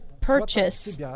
purchase